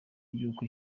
yuko